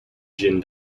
jin